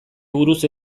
buruz